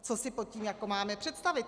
Co si pod tím jako máme představit?